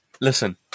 Listen